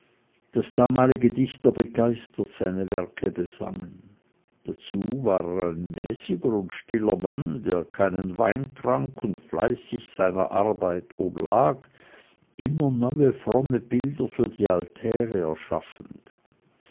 daß damalige dichter begeistert seine werke besangen dazu war er ein mäßiger und stiller mann der keinen wein trank und fleißig seiner arbeit oblag immer neue fromme bilder für die altäre erschaffend